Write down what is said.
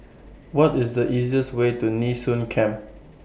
What IS The easiest Way to Nee Soon Camp